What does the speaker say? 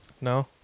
no